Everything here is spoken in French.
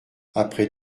après